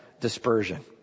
dispersion